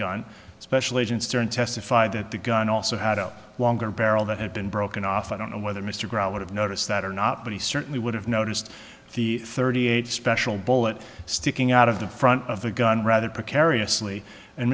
gun special agent stern testified that the gun also had a longer barrel that had been broken off i don't know whether mr grout would have noticed that or not but he certainly would have noticed the thirty eight special bullet sticking out of the front of the gun rather precariously and